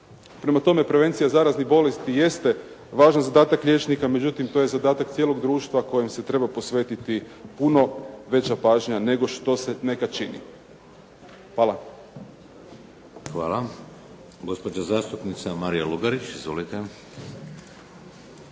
Prema tome, prevencija zaraznih bolesti jeste važan zadatak liječnika, međutim, to je zadatak cijelog društva kojem se treba posvetiti puno veća pažnja nego što se nekada čini. Hvala. **Šeks, Vladimir (HDZ)** Hvala. Gospođa zastupnica Marija Lugarić. Izvolite.